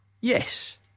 Yes